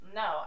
no